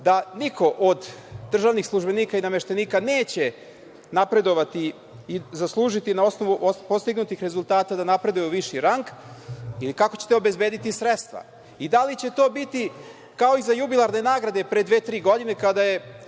da niko od državnih službenika i nameštenika neće napredovati i zaslužiti na osnovu postignutih rezultata da napreduje u viši rang ili kako ćete obezbediti sredstva i da li će to biti kao i za jubilarne nagrade pre dve ili tri godina kada je